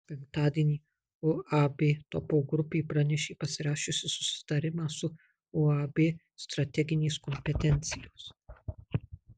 penktadienį uab topo grupė pranešė pasirašiusi susitarimą su uab strateginės kompetencijos